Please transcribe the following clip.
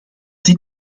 dit